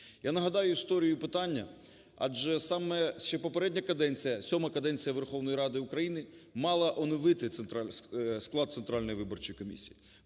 Я нагадаю історію питання. Адже саме ще попередня каденція, сьома каденція Верховної Ради України, мала оновити склад Центральної виборчої комісії,